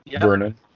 Vernon